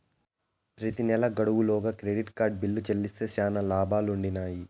ప్రెతి నెలా గడువు లోగా క్రెడిట్ కార్డు బిల్లుని చెల్లిస్తే శానా లాబాలుండిన్నాయి